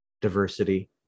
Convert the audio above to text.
diversity